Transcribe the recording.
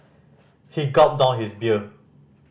he gulped down his beer